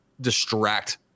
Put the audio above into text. distract